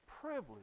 privilege